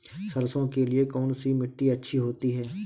सरसो के लिए कौन सी मिट्टी अच्छी होती है?